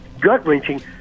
gut-wrenching